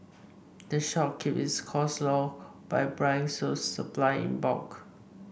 the shop keeps its costs low by buying its supply in bulk